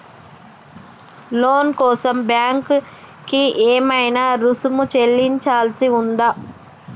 లోను కోసం బ్యాంక్ కి ఏమైనా రుసుము చెల్లించాల్సి ఉందా?